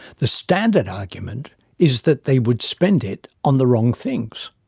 the standard argument is that they would spend it on the wrong things.